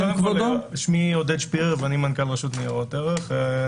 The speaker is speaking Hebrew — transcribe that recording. יש רשויות שיש בהן יו"ר שעומד בראש המליאה והדירקטוריון,